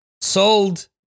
sold